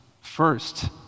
First